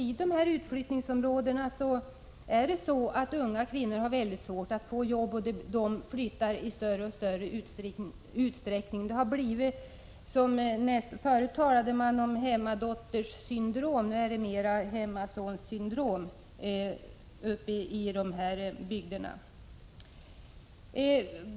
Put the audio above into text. I utflyttningsområdena är det väldigt svårt för unga kvinnor att få arbete, och de flyttar i allt större utsträckning därifrån. Förut talade man om hemmadotterssyndrom. Nu är det hemmasonssyndrom ute i utflyttningsområdena.